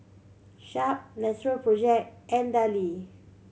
Sharp Natural Project and Darlie